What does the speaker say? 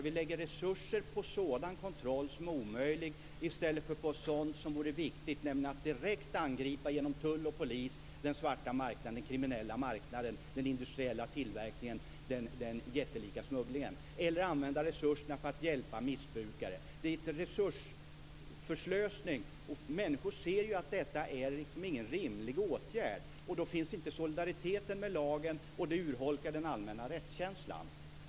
Vi lägger då resurser på en kontroll som är omöjlig i stället för att lägga dem på sådant som vore viktigare, nämligen att direkt genom tull och polis angripa den svarta marknaden, den kriminella marknaden, den industriella tillverkningen, den jättelika smugglingen eller att använda resurserna för att hjälpa missbrukare. Det är ett resursslöseri. Människor ser ju att detta inte är någon rimlig åtgärd. Då kommer det inte att finnas någon solidaritet med lagen, och det urholkar den allmänna rättskänslan.